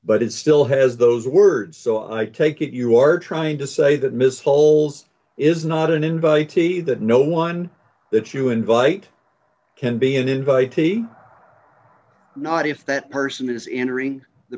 but it still has those words so i take it you are trying to say that miss holes d is not an invite he that no one that you invite can be an invitee not if that person is entering the